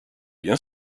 bien